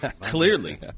Clearly